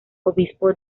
obispo